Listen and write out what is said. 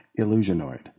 Illusionoid